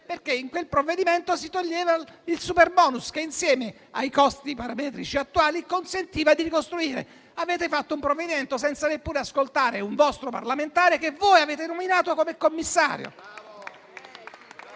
perché in esso si eliminava il superbonus che, insieme ai costi parametrici attuali, consentiva la ricostruzione. Avete fatto un provvedimento senza neppure ascoltare un vostro parlamentare che voi avete nominato come commissario.